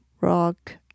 rock